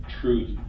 truth